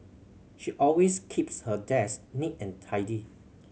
she always keeps her desk neat and tidy